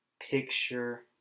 picture